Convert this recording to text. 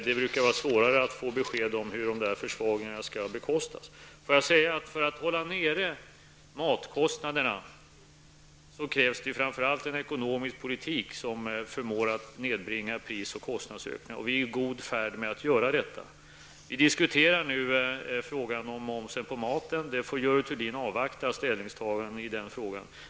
Det brukar vara svårare att ge besked om hur de försvagningarna skall bekostas. Låt mig säga att för att hålla nere matkostnaderna krävs det framför allt en ekonomisk politik som förmår nedbringa pris och kostnadsökningarna. Vi är på god väg att åstadkomma detta. Vi diskuterar nu frågan om momsen på maten -- Görel Thurdin får avvakta ställningstagandet i den frågan.